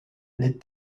les